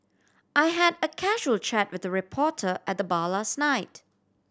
I had a casual chat with a reporter at the bar last night